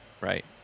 right